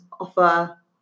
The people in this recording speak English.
offer